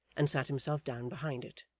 and sat himself down behind it.